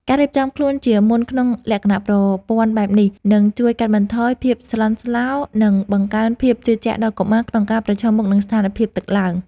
ការរៀបចំខ្លួនជាមុនក្នុងលក្ខណៈប្រព័ន្ធបែបនេះ នឹងជួយកាត់បន្ថយភាពស្លន់ស្លោ និងបង្កើនភាពជឿជាក់ដល់កុមារក្នុងការប្រឈមមុខនឹងស្ថានភាពទឹកឡើង។